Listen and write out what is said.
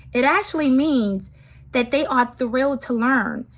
it actually means that they are thrilled to learn.